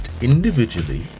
individually